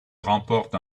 remporte